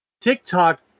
TikTok